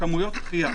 כמויות קריאה.